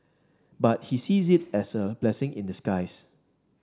but he sees it as a blessing in disguise